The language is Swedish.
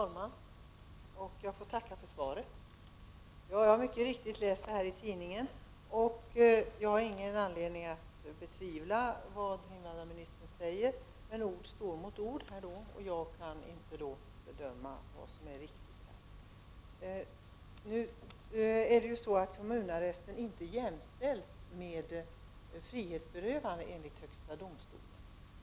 Herr talman! Jag får tacka för svaret. Jag har mycket riktigt läst det här i tidningen. Jag har ingen anledning att betvivla vad invandrarministern säger. Men ord står då mot ord, och jag kan inte bedöma vad som är riktigt här. Kommunarresten jämställs inte med frihetsberövande enligt högsta domstolen.